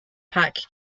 park